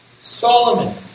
Solomon